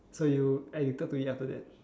so you addicted to it after that